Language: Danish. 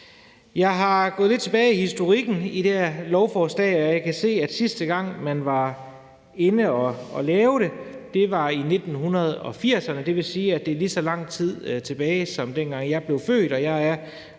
Jeg har været lidt tilbage i historikken omkring det her lovforslag, og jeg kan se, at sidste gang, hvor man var inde at lave det, var i 1980'erne. Det vil sige, at det er lige så lang tid tilbage som til dengang, hvor jeg blev født, og jeg er